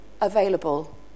available